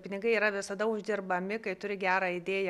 pinigai yra visada uždirbami kai turi gerą idėją